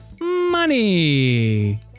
money